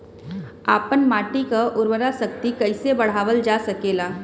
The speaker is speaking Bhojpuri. आपन माटी क उर्वरा शक्ति कइसे बढ़ावल जा सकेला?